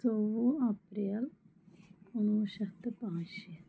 ژۄوُہ اَپریل کُنوُہ شیٚتھ تہٕ پانٛژھ شیٖتھ